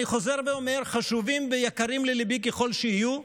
אני חוזר ואומר: חשובים ויקרים לליבי ככל שיהיו,